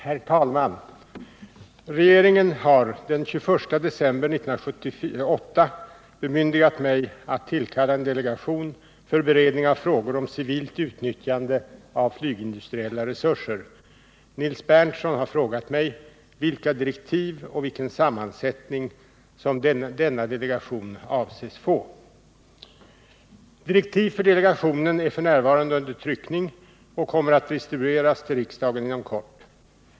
Herr talman! Regeringen har den 21 december 1978 bemyndigat mig att tillkalla en delegation för beredning av frågor om civilt utnyttjande av flygindustriella resurser. Nils Berndtson har frågat mig vilka direktiv och vilken sammansättning som denna delegation avses att få. Direktiv för delegationen är f.n. under tryckning och kommer att distribueras till riksdagen inom kort.